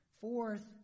Fourth